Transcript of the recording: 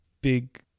big